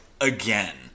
again